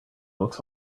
books